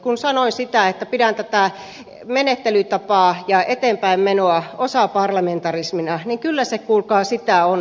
kun sanoin että pidän tätä menettelytapaa ja eteenpäinmenoa osaparlamentarismina niin kyllä se kuulkaa sitä on